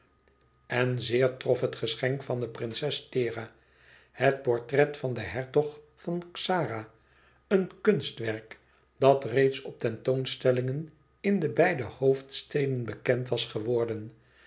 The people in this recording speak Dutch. en zeer trof het geschenk van de prinses thera het portret van den hertog van xara een kunstwerk dat reeds op tentoonstellingen in de beide hoofdsteden bekend was geworden